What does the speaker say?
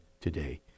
today